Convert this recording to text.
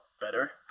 better